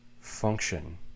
function